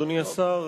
אדוני השר,